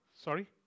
Sorry